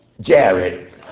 Jared